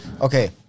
Okay